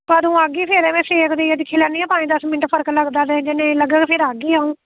कदूं आह्गे फिर सेक दिन्नी आं ते पंज सत्त मिंट फर्क लगदा ते फिर जे नेईं लग्गग ते आह्न्नी आं अं'ऊ